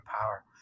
power